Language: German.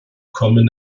kommen